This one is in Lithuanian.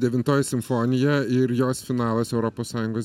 devintoji simfonija ir jos finalas europos sąjungos